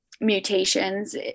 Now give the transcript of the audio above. mutations